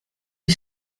est